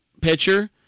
Pitcher